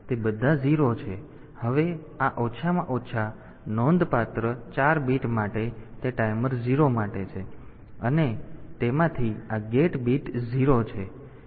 તેથી તે બધા 0 છે હવે આ ઓછામાં ઓછા નોંધપાત્ર 4 બીટ માટે તે ટાઈમર 0 માટે છે અને તેમાંથી આ ગેટ બીટ 0 છે